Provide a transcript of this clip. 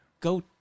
Go